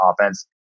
offense